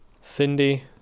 Cindy